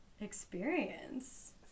experience